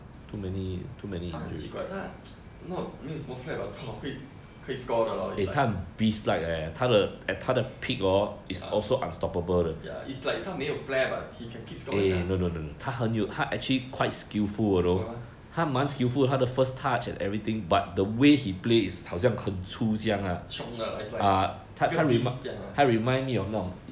他很奇怪他 no 没有什么 flat but 他会可以 score 的 lor is like uh ya is like 他没有 flair but he can keep score [one] lah oh chiong 的还才这样 beast 这样